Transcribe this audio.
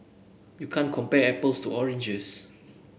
you can't compare apples to oranges